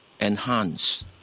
enhance